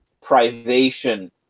privation